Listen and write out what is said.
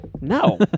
No